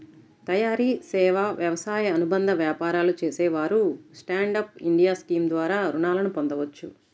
తయారీ, సేవా, వ్యవసాయ అనుబంధ వ్యాపారాలు చేసేవారు స్టాండ్ అప్ ఇండియా స్కీమ్ ద్వారా రుణాలను పొందవచ్చు